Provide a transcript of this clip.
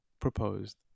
proposed